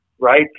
right